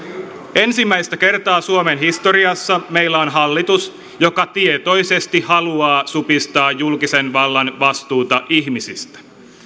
ensimmäistä kertaa suomen historiassa meillä on hallitus joka tietoisesti haluaa supistaa julkisen vallan vastuuta ihmisistä